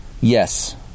Yes